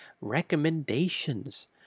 recommendations